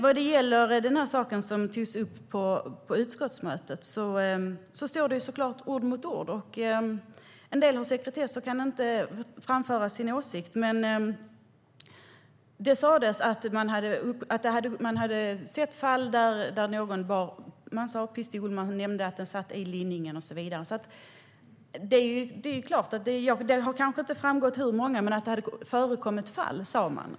Vad gäller det som togs upp på utskottsmötet står såklart ord mot ord. En del har sekretess och kan inte framföra sin åsikt, men det sas att man hade sett fall där någon bar pistol. Man sa pistol, och man nämnde att den satt i linningen och så vidare. Det är klart att det kanske inte har framgått hur många, men att det hade förkommit fall sa man.